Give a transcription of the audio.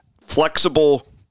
Flexible